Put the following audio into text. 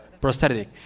prosthetic